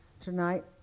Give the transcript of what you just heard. tonight